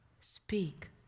speak